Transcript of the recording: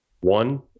One